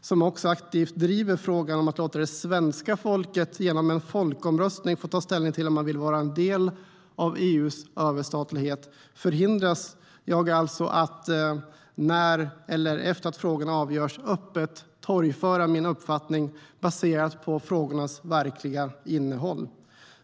som också aktivt driver frågan om att låta det svenska folket genom en folkomröstning ta ställning till om man vill vara en del av EU:s överstatlighet är jag alltså efter det att frågorna avgörs förhindrad att öppet torgföra min uppfattning baserat på frågornas verkliga innehåll.